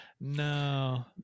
no